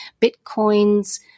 Bitcoin's